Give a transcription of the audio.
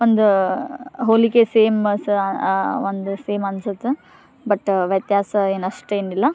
ಒಂದು ಹೋಲಿಕೆ ಸೇಮ್ ಸಹ ಒಂದು ಸೇಮ್ ಅನ್ಸುತ್ತೆ ಬಟ್ ವ್ಯತ್ಯಾಸ ಏನು ಅಷ್ಟು ಏನಿಲ್ಲ